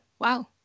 wow